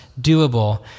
doable